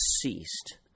ceased